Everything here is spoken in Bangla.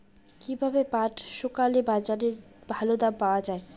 কীভাবে পাট শুকোলে বাজারে ভালো দাম পাওয়া য়ায়?